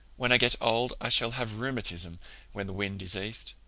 when i get old i shall have rheumatism when the wind is east.